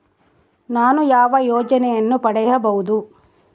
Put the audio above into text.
ನಾನು ಯಾವ ಯೋಜನೆಯನ್ನು ಪಡೆಯಬಹುದು?